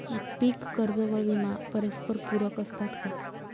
पीक कर्ज व विमा परस्परपूरक असतात का?